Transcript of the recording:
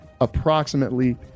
approximately